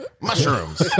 mushrooms